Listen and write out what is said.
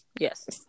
Yes